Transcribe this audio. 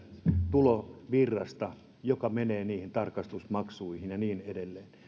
tulovirrasta joka menee niihin tarkastusmaksuihin ja niin edelleen